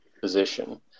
position